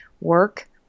work